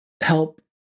help